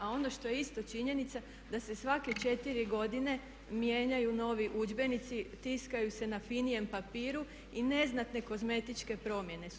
A ono što je isto činjenica da se svake 4 godine mijenjaju novi udžbenici, tiskaju se na finijem papiru i neznatne kozmetičke promjene su.